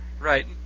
Right